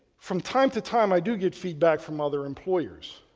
from time to time, i do get feedback from other employers.